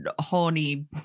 horny